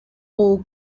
all